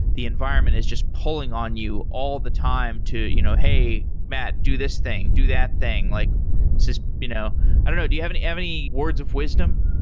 the environment is just pulling on you all the time to, you know hey, matt. do this thing. do that thing. like you know i don't know. do you have any have any words of wisdom?